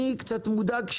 אני קצת מודאג,